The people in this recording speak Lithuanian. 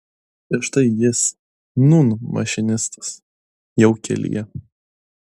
ir štai jis nūn mašinistas jau kelyje